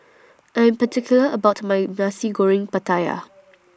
I'm particular about My Nasi Goreng Pattaya